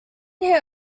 hit